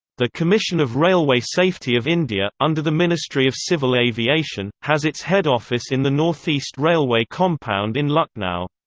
the commission of railway safety of india, under the ministry of civil aviation, has its head office in the northeast railway compound in lucknow.